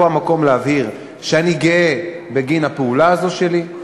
פה המקום להבהיר שאני גאה בפעולה הזו שלי.